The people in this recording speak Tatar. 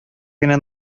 генә